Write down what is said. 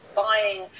buying